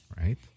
right